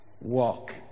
walk